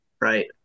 right